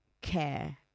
care